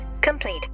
complete